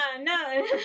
no